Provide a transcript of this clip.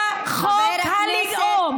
בחוק הלאום